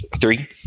Three